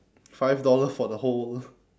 five dollar for the whole